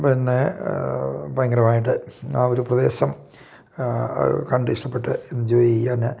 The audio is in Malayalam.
പിന്നെ ഭയങ്കരമായിട്ട് ആ ഒരു പ്രദേശം കണ്ട് ഇഷ്ടപ്പെട്ട് എൻജോയി ചെയ്യാൻ